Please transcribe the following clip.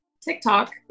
TikTok